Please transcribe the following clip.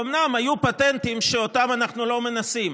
אומנם היו פטנטים שאותם אנחנו לא מנסים,